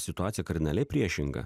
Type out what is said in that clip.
situacija kardinaliai priešinga